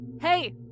Hey